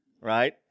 right